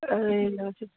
ए हजुर